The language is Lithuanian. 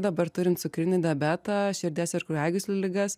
dabar turint cukrinį diabetą širdies ir kraujagyslių ligas